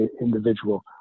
individual